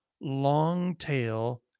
long-tail